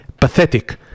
pathetic